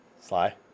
sly